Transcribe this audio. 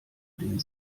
den